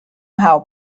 how